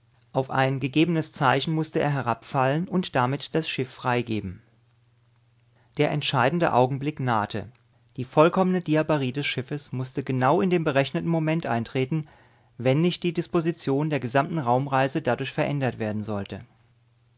auf ein gegebenes zeichen mußte er herabfallen und damit das schiff freigeben der entscheidende augenblick nahte die vollkommene diabarie des schiffes mußte genau in dem berechneten moment eintreten wenn nicht die disposition der ganzen raumreise dadurch verändert werden sollte